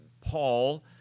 Paul